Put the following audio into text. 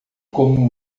como